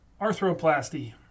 arthroplasty